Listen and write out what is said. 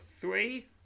three